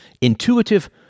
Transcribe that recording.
Intuitive